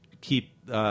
keep